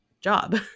job